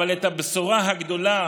אבל את הבשורה הגדולה